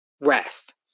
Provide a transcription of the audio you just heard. Rest